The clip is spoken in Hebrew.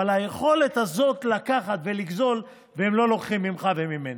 אבל היכולת לקחת ולגזול, הם לא לוקחים ממך וממני,